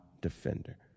defender